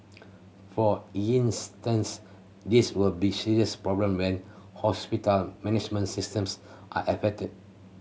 for instance this will be serious problem when hospital management systems are affected